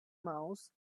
mouse